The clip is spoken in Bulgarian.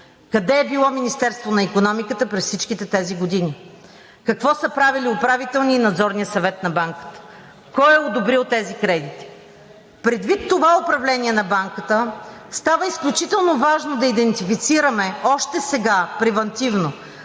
Къде е било Министерството на икономиката през всичките тези години? Какво са правили Управителният и Надзорният съвет на банката? Кой е одобрил тези кредити? Предвид това управление на банката, става изключително важно да идентифицираме още сега, превантивно,